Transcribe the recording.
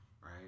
Right